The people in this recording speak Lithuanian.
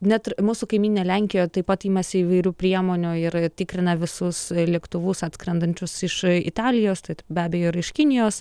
net ir mūsų kaimynė lenkija taip pat imasi įvairių priemonių ir tikrina visus lėktuvus atskrendančius iš italijos tad be abejo ir iš kinijos